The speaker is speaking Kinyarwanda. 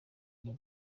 iyi